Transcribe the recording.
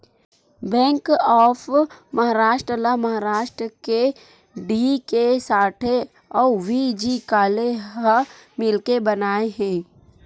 bank of Maharashtra ल महारास्ट के D K Sathe अउ व्ही.जी काले ह मिलके बनाए हे